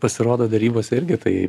pasirodo darybos irgi tai